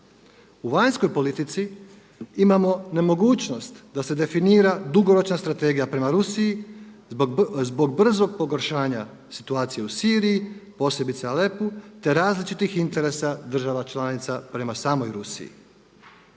U vanjskoj politici imamo nemogućnost da se definira dugoročna strategija prema Rusiji zbog brzog pogoršanja situacije u Siriji posebice Alepu te različitih interesa država članica prema samoj Rusiji.